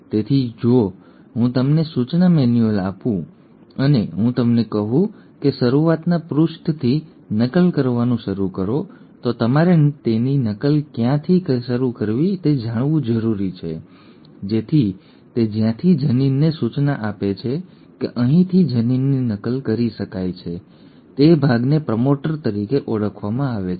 તેથી જો હું તમને સૂચના મેન્યુઅલ આપું અને હું તમને કહું કે શરૂઆતના પૃષ્ઠથી નકલ કરવાનું શરૂ કરો તો તમારે તેની નકલ ક્યાંથી શરૂ કરવી તે જાણવું જરૂરી છે જેથી તે જ્યાંથી જનીનને સૂચના આપે છે કે અહીંથી જનીનની નકલ કરી શકાય છે તે ભાગને પ્રમોટર તરીકે ઓળખવામાં આવે છે